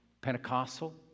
Pentecostal